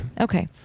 Okay